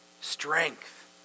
Strength